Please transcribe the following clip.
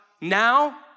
Now